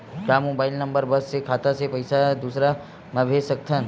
का mobile number बस से खाता से पईसा दूसरा मा भेज सकथन?